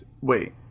Wait